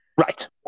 Right